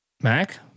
Mac